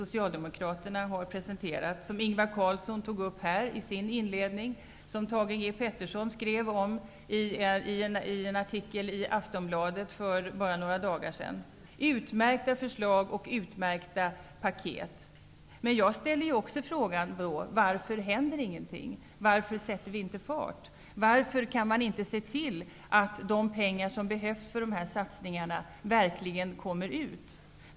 Socialdemokraterna har presenterat, som Ingvar Carlsson tog upp i sitt inledningsanförande här och som Thage G Peterson skrev om i en artikel i Aftonbladet för bara några dagar sedan. Det är utmärkta förslag och paket. Jag ställer mig frågan varför det inte händer någonting. Varför sätter vi inte fart? Varför kan man inte se till att de pengar som behövs för dessa satsningar verkligen kommer ut?